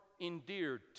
endeared